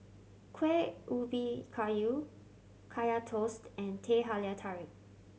Kueh Ubi Kayu Kaya Toast and Teh Halia Tarik